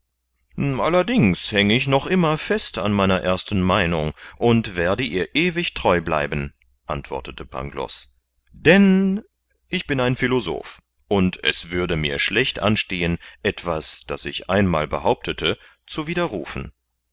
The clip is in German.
allerdings hänge ich noch immer fest an meiner ersten meinung und werde ihr ewig treu bleiben antwortete pangloß denn ich bin ein philosoph und es würde mir schlecht anstehen etwas das ich einmal behauptete zu widerrufen